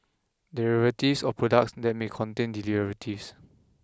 derivatives or products that may contain derivatives